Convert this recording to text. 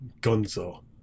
Gonzo